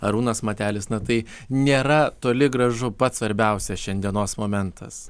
arūnas matelis na tai nėra toli gražu pats svarbiausias šiandienos momentas